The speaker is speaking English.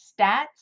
stats